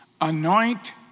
anoint